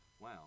Wow